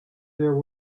there